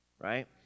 Right